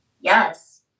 yes